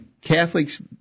Catholics